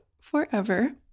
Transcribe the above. forever